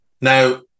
Now